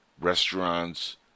restaurants